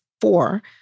four